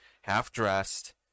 half-dressed